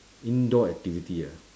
indoor activity ah